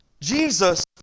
Jesus